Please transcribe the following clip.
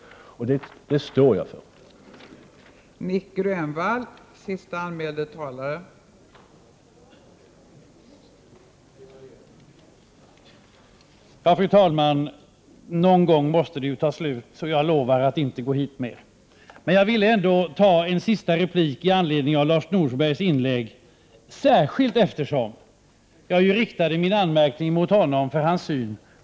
Jag står fortfarande för vad jag sagt på den punkten.